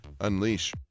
unleash